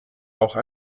auch